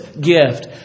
gift